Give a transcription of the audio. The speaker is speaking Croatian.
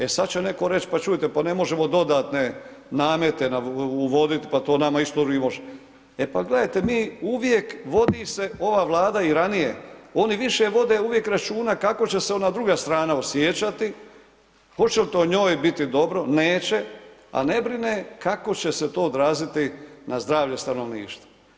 E sada će netko reći, pa čujte, pa ne možemo dodatne namete uvoditi, pa to nama isto … E pa gledajte, mi uvijek vodi se ova vlada i ranije, oni više vode uvijek računa, kako će se ona druga stana osjećati, hoće li to njoj biti dobro, neće, a ne brine kako će se to odraziti na zdravlje stanovništva.